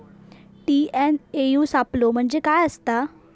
TNAU सापलो म्हणजे काय असतां?